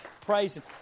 praising